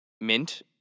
mint